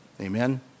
Amen